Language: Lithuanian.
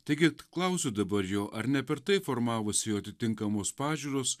taigi klausiu dabar jo ar ne per tai formavosi jo atitinkamos pažiūros